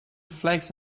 flakes